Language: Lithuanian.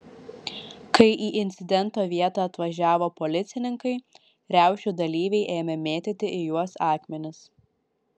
kai į incidento vietą atvažiavo policininkai riaušių dalyviai ėmė mėtyti į juos akmenis